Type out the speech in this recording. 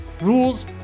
rules